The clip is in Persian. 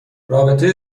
رابطه